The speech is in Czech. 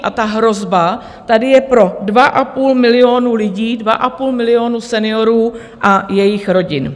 A ta hrozba tady je pro dva a půl milionu lidí, dva a půl milionu seniorů a jejich rodin.